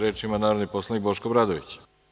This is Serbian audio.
Reč ima narodni poslanik Boško Obradović.